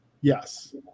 yes